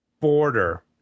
Border